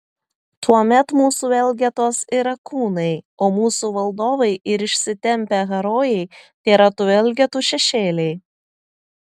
tuomet mūsų elgetos yra kūnai o mūsų valdovai ir išsitempę herojai tėra tų elgetų šešėliai